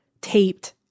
taped